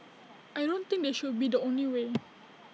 I don't think they should be the only way